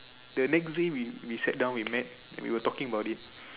the next day we sat down we met and we were talking about it